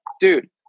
dude